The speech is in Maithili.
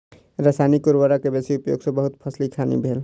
रसायनिक उर्वरक के बेसी उपयोग सॅ बहुत फसीलक हानि भेल